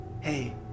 Hey